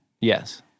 Yes